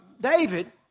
David